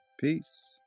Peace